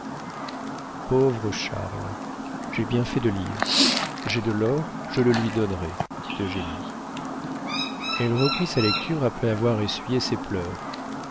pauvre charles j'ai bien fait de lire j'ai de l'or je le lui donnerai dit eugénie elle reprit sa lecture après avoir essuyé ses pleurs